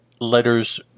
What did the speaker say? Letters